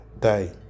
day